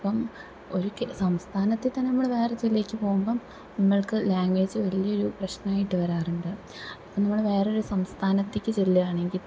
ഇപ്പം ഒരിക്കൽ സംസ്ഥാനത്തിൽ തന്നെ നമ്മള് വേറെ ജില്ലക്ക് പോകുമ്പം നമ്മള്ക്ക് ലാംഗ്വേജ് വലിയൊരു പ്രശ്നായിട്ട് വരാറുണ്ട് അപ്പം നമ്മള് വേറൊരു സംസ്ഥാനത്തേക്ക് ചെല്ലുകയാണെങ്കിൽ